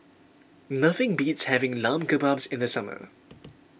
nothing beats having Lamb Kebabs in the summer